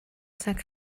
saint